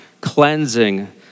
cleansing